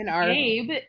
gabe